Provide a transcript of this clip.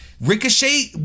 ricochet